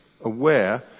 aware